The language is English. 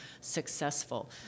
successful